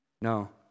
No